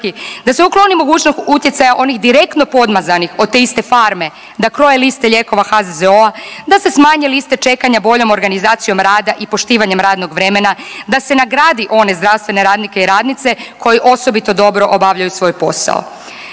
da se ukloni mogućnost utjecaja onih direktno podmazanih od te iste pharme da koje liste lijekova HZZO-a, da se smanje liste čekanja boljom organizacijom rada i poštivanjem radnog vremena, da se nagradi one zdravstvene radnike i radnice koji osobito dobro obavljaju svoj posao.